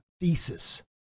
thesis